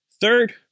Third